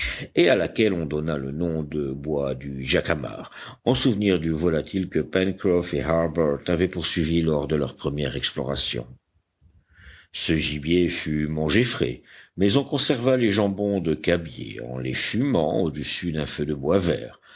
et à laquelle on donna le nom de bois du jacamar en souvenir du volatile que pencroff et harbert avaient poursuivi lors de leur première exploration ce gibier fut mangé frais mais on conserva les jambons de cabiai en les fumant au-dessus d'un feu de bois vert